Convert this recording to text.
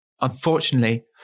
unfortunately